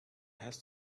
has